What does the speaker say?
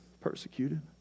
persecuted